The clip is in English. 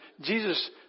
Jesus